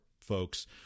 folks